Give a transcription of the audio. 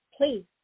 please